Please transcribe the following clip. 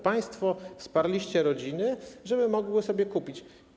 Państwo wsparliście rodziny, żeby mogły sobie je kupić.